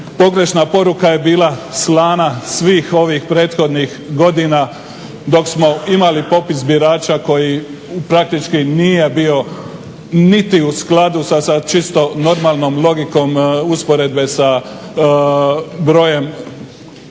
pogrešna poruka je bila slana svih ovih prethodnih godina dok smo imali popis birača koji praktički nije bio niti u skladu sa čisto normalnom logikom usporedbe sa brojem bilo